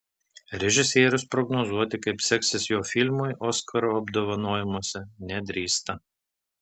režisierius prognozuoti kaip seksis jo filmui oskaro apdovanojimuose nedrįsta